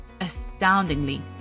astoundingly